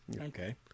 okay